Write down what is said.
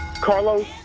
Carlos